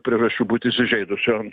priežasčių būt įsižeidusiu